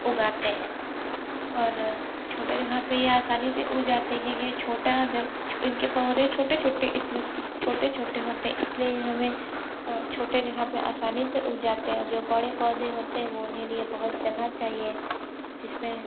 उगाते हैं और छोटे जगह पर ये आसानी से उग जाते हैं ये ये छोटा इनके पौधे छोटे छोटे इसलिए छोटे छोटे होते हैं इसलिए ये हमें छोटे जगह पर आसानी से उग जाते हैं जो बड़े पौधे होते हैं तो उनके लिए बहुत जगह चाहिए जिसमें